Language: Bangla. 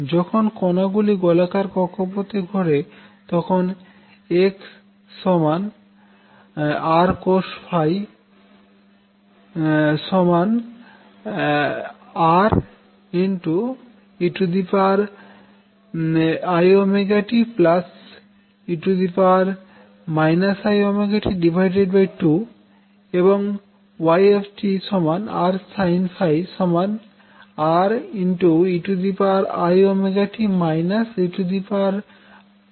যখন কনাগুলি গোলাকার কক্ষপথে ঘোরে তখন x Rcos Reit e it2 এবং y Rsin R2i